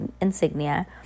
insignia